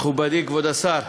מכובדי כבוד השר,